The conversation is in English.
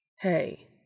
Hey